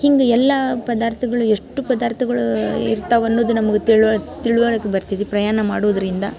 ಹಿಂಗೆ ಎಲ್ಲ ಪದಾರ್ಥಗಳು ಎಷ್ಟು ಪದಾರ್ಥಗಳು ಇರ್ತಾವೆ ಅನ್ನೋದು ನಮ್ಗೆ ತಿಳುವ ತಿಳಿವಳಿಕೆ ಬರ್ತದಿ ಪ್ರಯಾಣ ಮಾಡೋದರಿಂದ